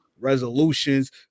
resolutions